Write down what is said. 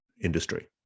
industry